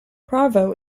provo